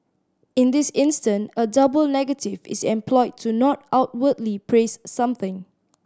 in this instant a double negative is employed to not outwardly praise something